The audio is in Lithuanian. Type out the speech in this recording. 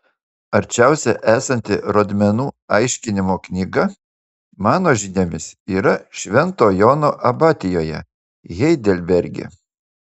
arčiausiai esanti rodmenų aiškinimo knyga mano žiniomis yra švento jono abatijoje heidelberge